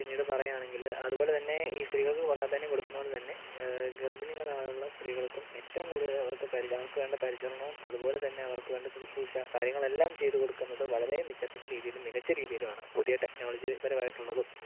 പിന്നീട് പറയുവാണെങ്കിൽ അതുപോലെ തന്നെ ഈ സ്ത്രീകൾക്ക് പ്രാധാന്യം കൊടുക്കുന്നത് പോലെത്തന്നെ ഗർഭിണികളായുള്ള സ്ത്രീകൾക്കും ഏറ്റവും കൂടുതൽ അവർക്ക് പരിച വേണ്ട പരിചരണവും അതുപോലെ തന്നെ അവർക്ക് വേണ്ട ശുശ്രൂഷ കാര്യങ്ങളെല്ലാം ചെയ്തുകൊടുക്കുന്നത് വളരെ മെച്ചപ്പെട്ട രീതിയിലും മികച്ച രീതിയിലുമാണ് പുതിയ ടെക്നോളജി പരമായിട്ടുള്ളതും